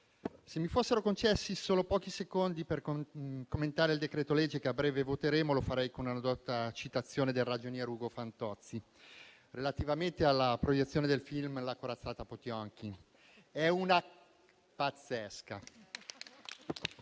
se mi fossero concessi solo pochi secondi per commentare il decreto-legge che a breve voteremo, lo farei con una dotta citazione del ragionier Ugo Fantozzi relativamente alla proiezione del film "La corazzata Potëmkin": «È una... pazzesca».